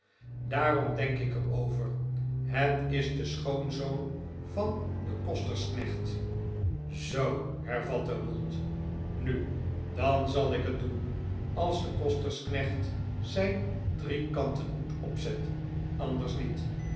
daarom denk ik er over het is de schoonzoon van den kostersknecht zoo hervatte mould nu dan zal ik het doen als de kostersknecht zijn driekantigen hoed opzet anders niet